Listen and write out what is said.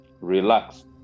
Relax